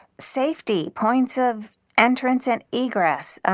safety, points of entrance and egress,